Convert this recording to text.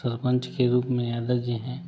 सरपंच के रूप में यादव जी हें